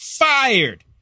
fired